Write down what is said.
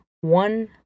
one